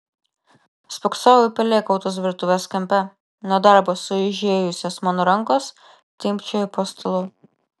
spoksojau į pelėkautus virtuves kampe nuo darbo sueižėjusios mano rankos timpčiojo po stalu